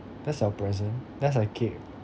that's our present that's a cake